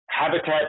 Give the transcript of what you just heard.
Habitat